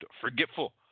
forgetful